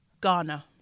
Ghana